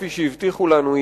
כפי שהבטיחו לנו,